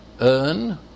Earn